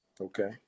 Okay